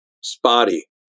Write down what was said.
spotty